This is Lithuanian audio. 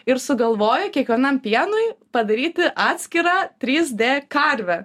ir sugalvojo kiekvienam pienui padaryti atskirą trys d karvę